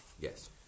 Yes